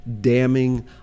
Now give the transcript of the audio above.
damning